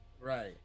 Right